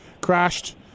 crashed